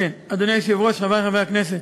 אדוני היושב-ראש, חברי חברי הכנסת,